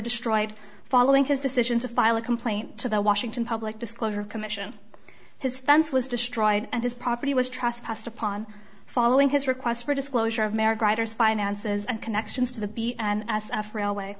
destroyed following his decision to file a complaint to the washington public disclosure commission his fence was destroyed and his property was trust passed upon following his request for disclosure of merit riders finances and connections to the bee and as a frail way